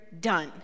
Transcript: done